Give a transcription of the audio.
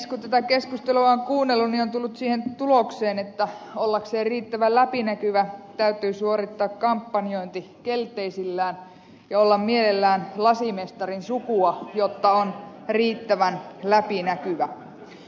kun tätä keskustelua on kuunnellut niin on tullut siihen tulokseen että ollakseen riittävän läpinäkyvä täytyy suorittaa kampanjointi kelteisillään ja olla mielellään lasimestarin sukua jotta on riittävän läpinäkyvä